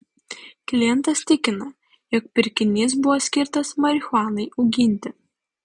klientas tikina jog pirkinys buvo skirtas marihuanai auginti